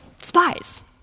spies